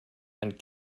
and